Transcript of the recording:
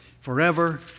forever